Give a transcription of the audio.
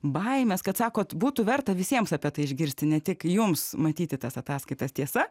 baimes kad sakot būtų verta visiems apie tai išgirsti ne tik jums matyti tas ataskaitas tiesa